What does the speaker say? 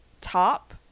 top